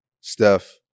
Steph